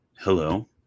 Hello